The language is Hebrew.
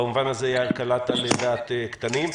במובן הזה, יאיר לפיד, קלעת לדעת קטנים.